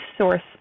source